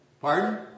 Pardon